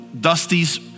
Dusty's